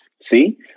see